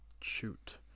Shoot